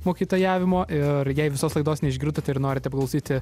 mokytojavimo ir jei visos laidos neišgirdote ir norite paklausyti